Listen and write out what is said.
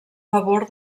favor